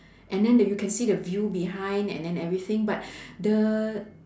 and then the you can see the view behind and then everything but the